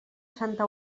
santa